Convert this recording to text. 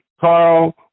Carl